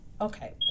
Okay